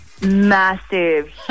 Massive